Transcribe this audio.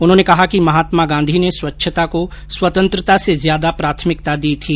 उन्होंने कहा कि महात्मा गांधी ने स्वच्छता को स्वतंत्रता से ज्यादा प्राथमिकता दी थी